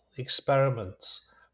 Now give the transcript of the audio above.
experiments